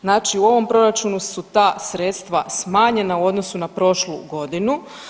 Znači u ovom proračunu su ta sredstva smanjena u odnosu na prošlu godinu.